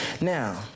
Now